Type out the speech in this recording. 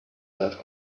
that